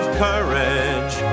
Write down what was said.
courage